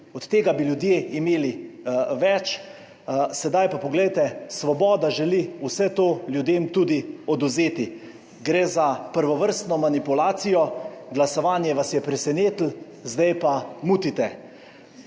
od tega bi ljudje imeli več, sedaj pa poglejte, Svoboda želi vse to ljudem tudi odvzeti. Gre za prvovrstno manipulacijo, glasovanje vas je presenetilo, zdaj pa mutite.